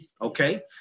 Okay